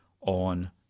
on